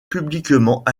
publiquement